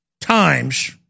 times